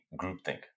groupthink